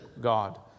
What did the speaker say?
God